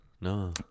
No